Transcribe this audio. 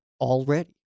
already